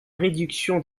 réduction